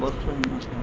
ਬਸ